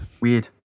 Weird